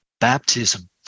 baptism